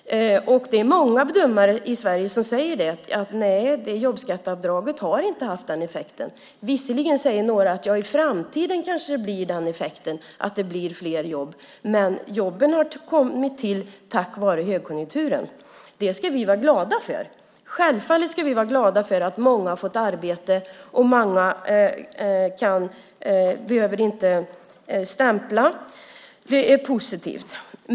Det är många bedömare i Sverige som säger att jobbskatteavdraget inte har haft den effekt ni påstår. Visserligen säger några att effekten i framtiden kanske blir fler jobb, men jobben har kommit till tack vare högkonjunkturen. Det ska vi vara glada för; självfallet ska vi vara glada för att många har fått arbete och slipper stämpla. Det är positivt.